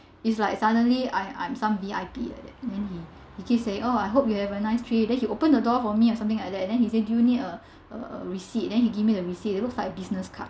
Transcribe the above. it's like suddenly I I'm some V_I_P like that then he he kept say oh I hope you have a nice trip then he open the door for me or something like that and then do you need a a a receipt then he give me the receipt it looks like a business card